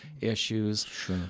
issues